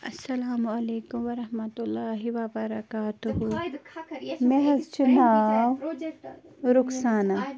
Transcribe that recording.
اَلسَلامُ علیکم وَرحمتہ اللہِ وَبرکاتُہ مےٚ حظ چھُ ناو رُخسانہ